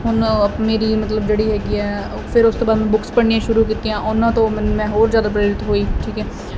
ਹੁਣ ਮੇਰੀ ਮਤਲਬ ਜਿਹੜੀ ਹੈਗੀ ਆ ਉਹ ਫਿਰ ਉਸ ਤੋਂ ਬਾਅਦ ਬੁੱਕਸ ਪੜਨੀਆਂ ਸ਼ੁਰੂ ਕੀਤੀਆਂ ਉਹਨਾਂ ਤੋਂ ਮੈਂ ਹੋਰ ਜਿਆਦਾ ਪ੍ਰੇਰਿਤ ਹੋਈ ਠੀਕ ਐ